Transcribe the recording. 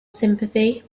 sympathy